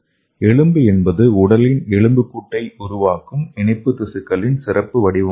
எலும்பு என்பது உடலின் எலும்புக்கூட்டை உருவாக்கும் இணைப்பு திசுக்களின் சிறப்பு வடிவமாகும்